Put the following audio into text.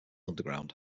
underground